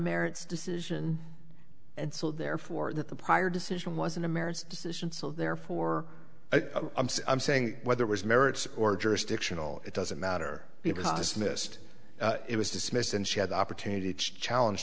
merits decision and so therefore that the prior decision was an american decision so therefore i'm saying whether was merits or jurisdictional it doesn't matter because missed it was dismissed and she had the opportunity to challenge